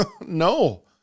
No